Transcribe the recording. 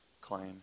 claim